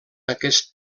aquest